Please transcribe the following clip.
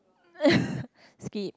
skip